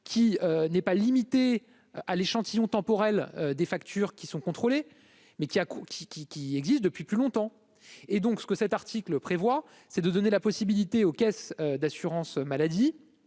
qui n'est pas limité à l'échantillon temporel des factures qui sont contrôlés, mais qui a qui qui qui qui existe depuis plus longtemps et donc ce que cet article prévoit, c'est de donner la possibilité aux caisses d'assurance maladie